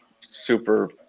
super